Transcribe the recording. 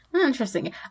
Interesting